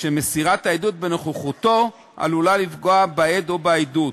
שמסירת העדות בנוכחותו עלולה לפגוע בעד או בעדות,